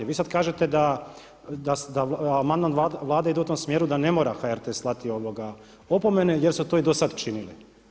Vi sad kažete da amandman Vlade ide u tom smjeru da ne mora HRT slati opomene, jer su to i do sad činili.